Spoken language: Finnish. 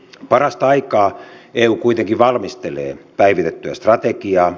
parastaikaa eu kuitenkin valmistelee päivitettyä strategiaa